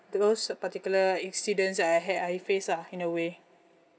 those particular accidents I had I faced lah in a way